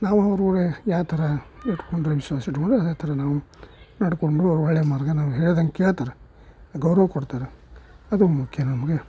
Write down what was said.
ನಾವು ಅವ್ರ ಕೂಡೆ ಯಾವ ಥರ ಇಟ್ಟುಕೊಂಡ್ರೆ ವಿಶ್ವಾಸ ಇಟ್ಕೊಂಡೀವಿ ಅದೇ ಥರ ನಾವು ನಡ್ಕೊಂಡು ಒಳ್ಳೆಯ ಮಾರ್ಗ ನಾವು ಹೇಳಿದಂಗೆ ಕೇಳ್ತಾರ ಗೌರವ ಕೊಡ್ತಾರ ಅದು ಮುಖ್ಯ ನಮಗೆ